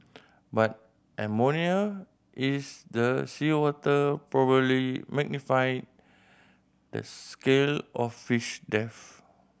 but ammonia is the seawater probably magnified the scale of fish death